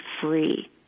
free